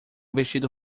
vestido